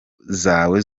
zawe